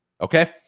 Okay